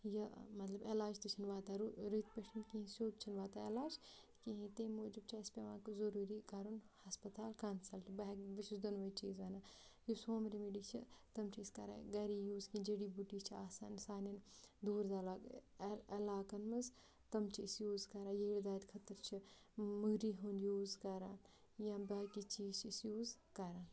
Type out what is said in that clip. یہِ مطلب علاج تہِ چھِنہٕ واتان رُ رٕتۍ پٲٹھۍ کِہیٖنۍ سیوٚد چھِنہٕ واتان علاج کِہیٖنۍ تٔمۍ موٗجوٗب چھِ اَسہِ پیٚوان ضٔروٗری کَرُن ہَسپَتال کَنسَلٹہٕ بہٕ ہیٚکہٕ بہٕ چھس دۄنوَے چیٖز وَنان یُس ہوم ریمِڈی چھِ تِم چھِ أسۍ کَران گَرِ یوٗز کینٛہہ جٔڈی بوٗٹی چھِ آسان سانٮ۪ن دوٗر دَلاگ علاقَن منٛز تِم چھِ أسۍ یوٗز کَران یٔڈ دادِ خٲطرٕ چھِ مٔری ہُنٛد یوٗز کَران یا باقٕے چیٖز چھِ أسۍ یوٗز کَران